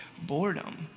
boredom